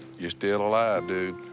you're still alive, dude.